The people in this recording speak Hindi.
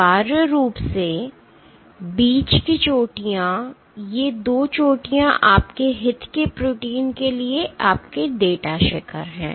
अनिवार्य रूप से बीच की चोटियाँ ये 2 चोटियाँ आपके हित के प्रोटीन के लिए आपके डेटा शिखर हैं